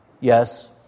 Yes